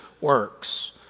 works